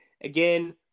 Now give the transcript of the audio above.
again